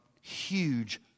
huge